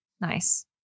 Nice